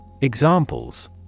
Examples